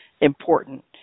important